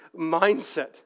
mindset